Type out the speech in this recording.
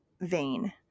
vein